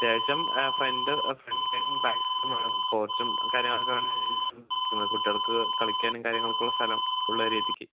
ശേഷം ഫ്രണ്ട് ഫ്രണ്ടും ബാക്കും പോർച്ചും കാര്യങ്ങളൊക്കെ വരുന്ന രീതിയിലാണ് ചിന്തിക്കുന്നത് കുട്ടികൾക്ക് കളിക്കാനും കാര്യങ്ങൾക്കുമുള്ള സ്ഥലം